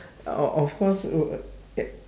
uh o~ of course we would get